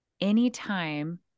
anytime